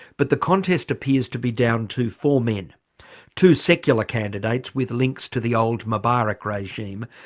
but the contest appears to be down to four men two secular candidates with links to the old mubarak regime,